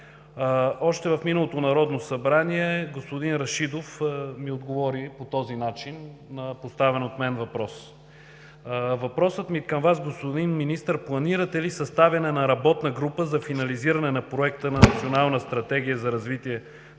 Още в миналото Народно събрание господин Рашидов отговори по този начин на поставен от мен въпрос. Въпросът ми към Вас, господин Министър, е планирате ли съставяне на работна група за финализиране на проекта на Национална стратегия за развитие на културата,